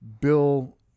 Bill –